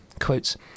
Quotes